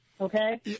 Okay